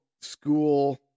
school